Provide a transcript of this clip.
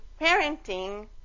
parenting